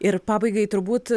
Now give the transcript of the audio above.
ir pabaigai turbūt